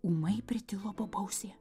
ūmai pritilo bobausė